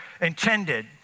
intended